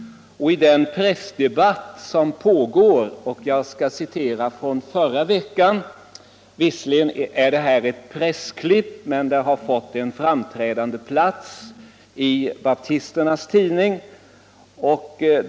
Från den pressdebatt som pågår vill jag citera ett pressklipp ur tidningen Dagen i förra veckan, vilket tryckts på framträdande plats i baptisternas tidning.